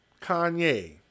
Kanye